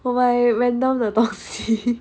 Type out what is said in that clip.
我买 random 的东西